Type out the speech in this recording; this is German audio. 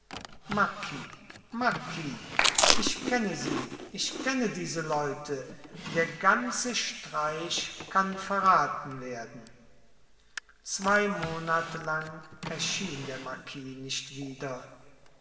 marquis marquis ich kenne sie ich kenne diese leute der ganze streich kann verraten werden zwei monate lang erschien der marquis nicht wieder